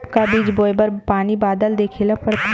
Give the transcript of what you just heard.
का बीज बोय बर पानी बादल देखेला पड़थे?